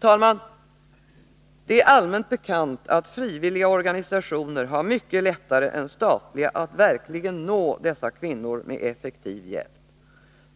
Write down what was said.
Herr talman! Det är allmänt bekant att frivilliga organisationer har mycket lättare än statliga att verkligen nå dessa kvinnor med effektiv hjälp.